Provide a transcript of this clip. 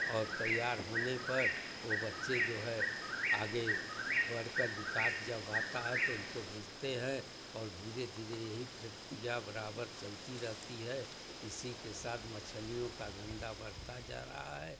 और तैयार होने पर वे बच्चे पर आगे बढ़कर विकास जब आता है तो उनको भेजते हैं और धीरे धीरे यही प्रतिक्रिया बराबर चलती रहती है इसी के साथ मछलियों का धंधा बढ़ता चला जा रहा है